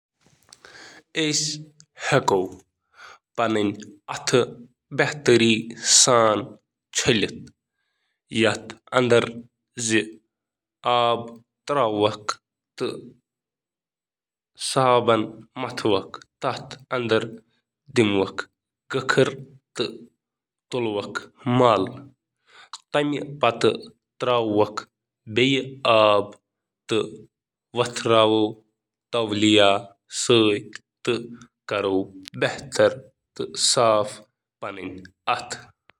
پنٕنۍ اَتھٕ صحیح پٲٹھۍ چھلنہٕ خٲطرٕ ہیٚکِو تُہۍ یِمَن مرحلَن پٮ۪ٹھ عمل کٔ پنٕنۍ اَتھٕ کٔرِو صاف، وَسان آبہٕ سۭتۍ صابن لگٲوِو تہٕ پنٕنۍ اتھہٕ کٔرِو اصل پٲٹھۍ لِٹ کم از کم 20 سیکنڈن تام کٔرِو پنٕنۍ اتھہٕ پنٕنۍ اَتھٕ کٔرِو صاف تہٕ وَسان آبس تل اصل پٲٹھۍ چھلنہٕ پنٕنۍ اَتھٕ کٔرِو صاف تولیہ سۭتۍ خۄشٕک یا ہوا کٔرِو خۄشٕک۔